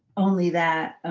only that